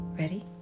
ready